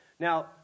Now